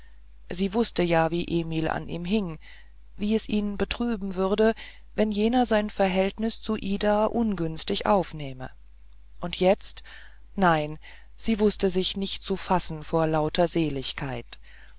sie wußte ja wie emil an ihm hing wie es ihn betrüben würde wenn jener sein verhältnis zu ida ungünstig ausnähme und jetzt nein sie wußte sich nicht zu fassen vor lauter seligkeit